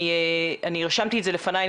אני רשמתי את זה לפניי,